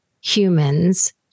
humans